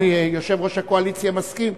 אם יושב-ראש הקואליציה מסכים,